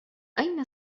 أين